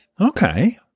Okay